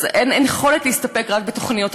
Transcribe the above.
אין יכולת להסתפק רק בתוכניות.